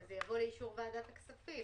וזה יבוא לאישור ועדת הכספים.